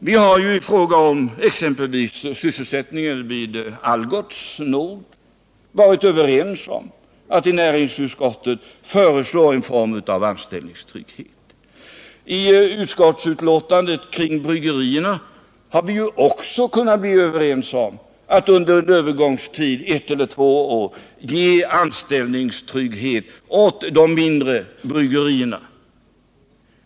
Vi har i fråga om exempelvis sysselsättningen vid Algots Nord varit överens om att i näringsutskottet föreslå en form av anställningstrygghet. I utskottsbetänkandet kring bryggerierna har vi ju också kunnat bli överens om att under en övergångstid — ett eller två år — ge anställningstrygghet åt de mindre bryggeriernas anställda.